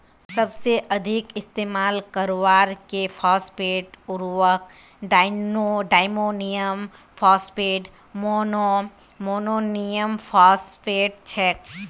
सबसे अधिक इस्तेमाल करवार के फॉस्फेट उर्वरक डायमोनियम फॉस्फेट, मोनोअमोनियमफॉस्फेट छेक